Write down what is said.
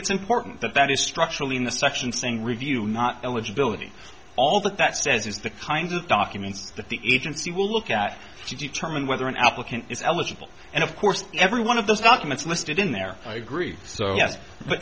it's important that that is structurally in the section saying review not eligibility all that that says is the kind of documents that the agency will look at she determine whether an applicant is eligible and of course every one of those documents listed in there i agree so yes but